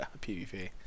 PvP